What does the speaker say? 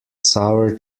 sour